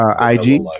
IG